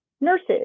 nurses